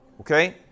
Okay